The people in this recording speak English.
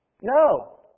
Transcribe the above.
No